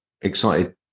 excited